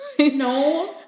No